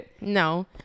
No